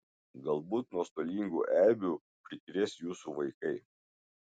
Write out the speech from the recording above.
galbūt nuostolingų eibių prikrės jūsų vaikai